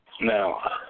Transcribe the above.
Now